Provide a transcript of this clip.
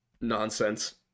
Nonsense